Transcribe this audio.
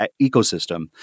ecosystem